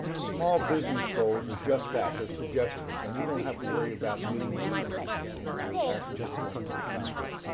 small business goals are just that, they're suggestions, and you don't have to worry about meeting those things in your actual performance of the contract.